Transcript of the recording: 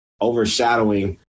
overshadowing